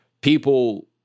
People